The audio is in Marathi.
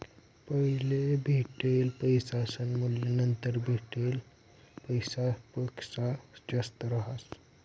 पैले भेटेल पैसासनं मूल्य नंतर भेटेल पैसासपक्सा जास्त रहास